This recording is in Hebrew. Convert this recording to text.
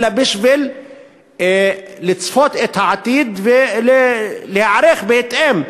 אלא בשביל לצפות את העתיד ולהיערך בהתאם.